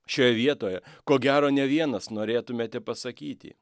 šioje vietoje ko gero ne vienas norėtumėte pasakyti